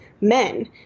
men